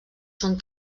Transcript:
són